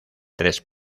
tres